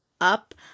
up